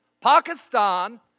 Pakistan